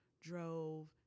drove